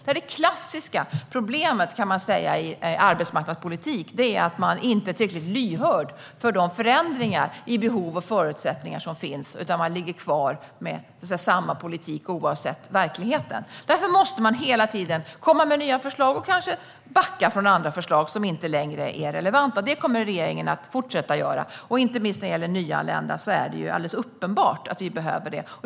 Det klassiska problemet i arbetsmarknadspolitik är att man inte är tillräckligt lyhörd för de förändringar som finns i behov och förutsättningar utan ligger kvar med samma politik oavsett verkligheten. Därför måste man hela tiden komma med nya förslag och kanske backa från andra som inte längre är relevanta. Det kommer regeringen att fortsätta att göra. Inte minst när det gäller nyanlända är det alldeles uppenbart att vi behöver göra detta.